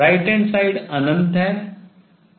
right hand side अनंत है